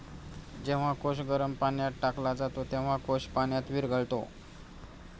जेव्हा कोश गरम पाण्यात टाकला जातो, तेव्हा कोश पाण्यात विरघळतो